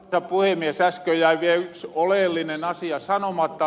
äskön jäi viel yks oleellinen asia sanomata